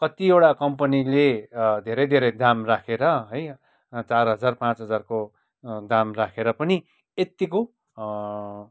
कतिवटा कम्पनीले धेरै धेरै दाम राखेर है चार हजार पाँच हजारको दाम राखेर पनि यतिको